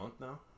now